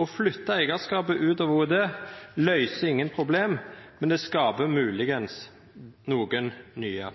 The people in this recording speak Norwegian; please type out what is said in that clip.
Å flytta eigarskapen ut av OED løyser ingen problem, men det skaper kanskje nokre nye.